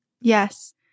Yes